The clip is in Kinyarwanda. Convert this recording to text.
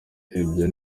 ibyo